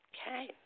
Okay